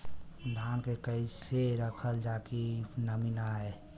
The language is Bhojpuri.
धान के कइसे रखल जाकि नमी न आए?